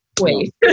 wait